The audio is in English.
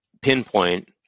pinpoint